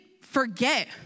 forget